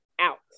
out